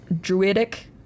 Druidic